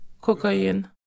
Cocaine